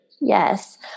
Yes